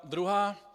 Druhá.